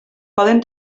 podem